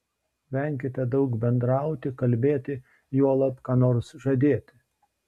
venkite daug bendrauti kalbėti juolab ką nors žadėti